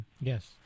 Yes